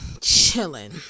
chilling